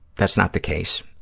that's not the case.